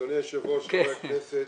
אדוני היושב ראש, חברי הכנסת,